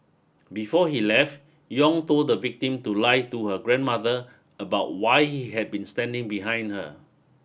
before he left Yong told the victim to lie to her grandmother about why he had been standing behind her